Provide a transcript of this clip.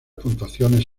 puntuaciones